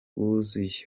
wuzuye